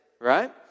right